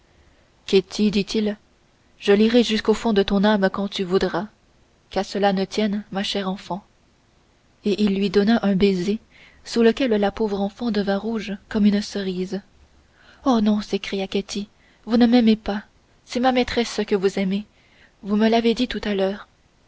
ketty dit-il je lirai jusqu'au fond de ton âme quand tu voudras qu'à cela ne tienne ma chère enfant et il lui donna un baiser sous lequel la pauvre enfant devint rouge comme une cerise oh non s'écria ketty vous ne m'aimez pas c'est ma maîtresse que vous aimez vous me l'avez dit tout à l'heure